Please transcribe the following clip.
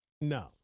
No